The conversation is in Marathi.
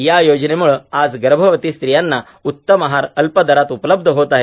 या योजनेमुळं आज गर्भवती स्त्रियांना उत्तम आहार अल्प दरात उपलब्ध होत आहे